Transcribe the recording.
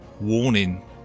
warning